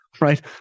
right